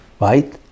right